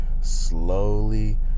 slowly